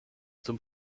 zum